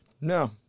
no